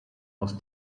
aus